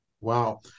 Wow